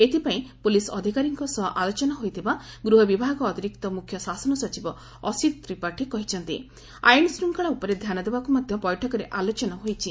ଏଥିପାଇଁ ପୁଲିସ୍ ଅଧିକାରୀଙ୍କ ସହ ଆଲୋଚନା ହୋଇଥିବା ଗୃହ ବିଭାଗ ଅତିରିକ୍ତ ମୁଖ୍ୟ ଶାସନ ସଚିବ ଅସିତ ତ୍ରିପାଠୀ କ ଆଇନ ଶ୍ୱଙ୍ଖଳା ଉପରେ ଧ୍ଧାନ ଦେବାକୁ ମଧ୍ଧ ବୈଠକରେ ଆଲୋଚନା ହୋଇଛି